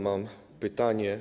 Mam pytanie.